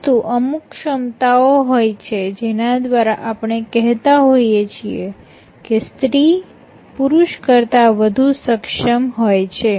પરન્તુ અમુક ક્ષમતાઓ હોય છે જેના દ્વારા આપણે કહેતા હોઈએ છીએ કે સ્ત્રી પુરુષ કરતાં વધુ સક્ષમ હોય છે